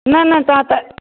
न न तव्हां त